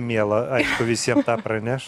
miela aišku visiem tą praneš